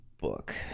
book